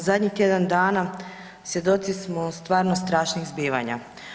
Evo u zadnjih tjedan dana svjedoci smo stvarno strašnih zbivanja.